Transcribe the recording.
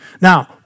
Now